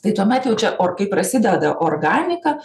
tai tuomet jau čia kai prasideda organika